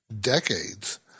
decades